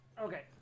Okay